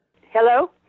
Hello